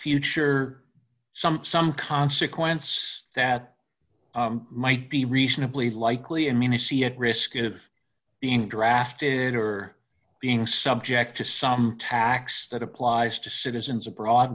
future some some consequence that might be reasonably likely and many see at risk of being drafted or being subject to some tax that applies to citizens abroad